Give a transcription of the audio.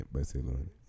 Barcelona